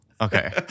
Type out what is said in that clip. Okay